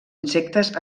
insectes